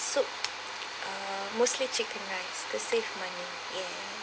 soup uh mostly chicken rice to save money ya